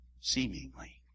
Seemingly